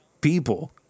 people